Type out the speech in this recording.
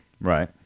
Right